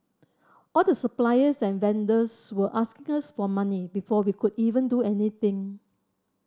all the suppliers and vendors were asking us for money before we could even do anything